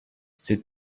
c’est